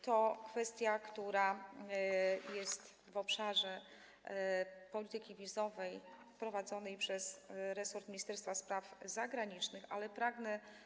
To kwestia, która jest w obszarze polityki wizowej prowadzonej przez resort Ministerstwa Spraw Zagranicznych, ale pragnę.